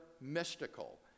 mystical